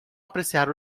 apreciar